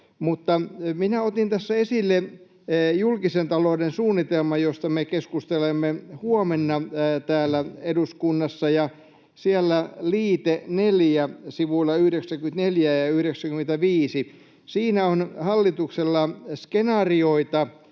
Minä otin tässä esille julkisen talouden suunnitelman, josta me keskustelemme huomenna täällä eduskunnassa, ja siellä liitteen neljä sivuilla 94 ja 95. Siinä on hallituksella skenaarioita